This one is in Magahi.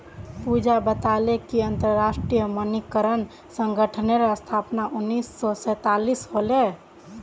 पूजा बताले कि अंतरराष्ट्रीय मानकीकरण संगठनेर स्थापना उन्नीस सौ सैतालीसत होले